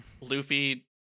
Luffy